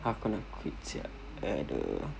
aku nak quit sia !aduh!